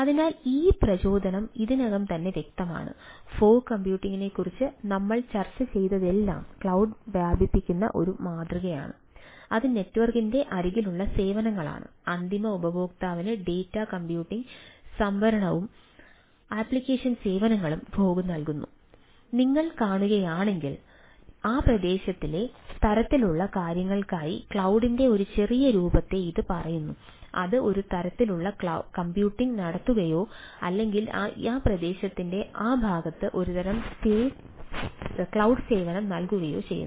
അതിനാൽ ഈ പ്രചോദനം ഇതിനകം തന്നെ വ്യക്തമാണ് ഫോഗ് കമ്പ്യൂട്ടിംഗിനെക്കുറിച്ച് നമ്മൾ ചർച്ച ചെയ്തതെല്ലാം ക്ലൌഡ് നടത്തുകയോ അല്ലെങ്കിൽ ആ പ്രദേശത്തിന്റെ ആ ഭാഗത്ത് ഒരുതരം ക്ലൌഡ് സേവനം നൽകുകയോ ചെയ്യുന്നു